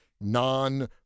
non